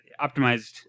optimized